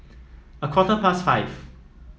a quarter past five